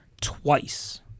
twice